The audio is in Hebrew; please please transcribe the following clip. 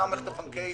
גם המערכת הבנקאית